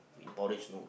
with porridge no egg